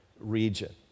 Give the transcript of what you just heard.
region